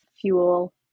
fuel